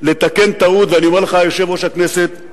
לתקן טעות, ואני אומר לך, יושב-ראש הכנסת,